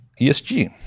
ESG